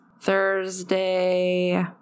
Thursday